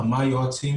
ד"ר תמיר גשן,